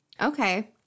Okay